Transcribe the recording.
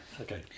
Okay